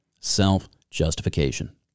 Self-justification